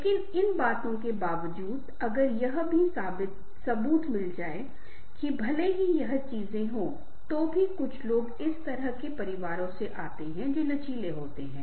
लेकिन इन बातों के बावजूद अगर यह भी सबूत मिल जाए कि भले ही ये चीजें हों तो भी कुछ लोग इस तरह के परिवारों से आते हैं जो लचीला होते हैं